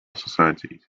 societies